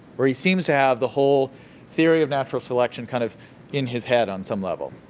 where he seems to have the whole theory of natural selection kind of in his head on some level.